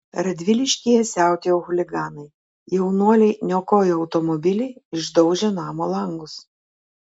radviliškyje siautėjo chuliganai jaunuoliai niokojo automobilį išdaužė namo langus